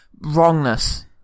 wrongness